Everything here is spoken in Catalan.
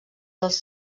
dels